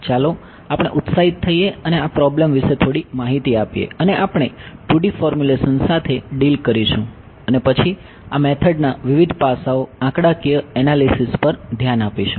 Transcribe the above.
ચાલો આપણે ઉત્સાહિત થઈએ અને આ પ્રોબ્લેમ પર ધ્યાન આપીશું